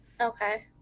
Okay